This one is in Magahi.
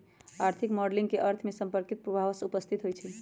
आर्थिक मॉडलिंग में अर्थ से संपर्कित पूर्वाभास उपस्थित होइ छइ